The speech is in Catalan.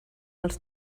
els